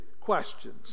questions